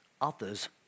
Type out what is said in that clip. others